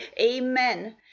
amen